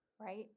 right